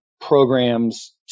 programs